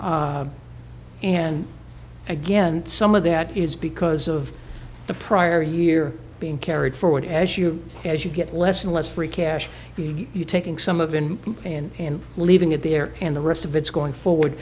and again some of that is because of the prior year being carried forward as you as you get less and less free cash you taking some of in and leaving it there and the rest of it's going forward